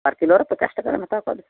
ᱵᱟᱨ ᱠᱤᱞᱳᱨᱮ ᱯᱚᱪᱟᱥ ᱴᱟᱠᱟ ᱜᱟᱱ ᱦᱟᱛᱣᱠᱟᱜᱵᱤᱱ